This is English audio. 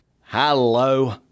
Hello